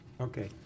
Okay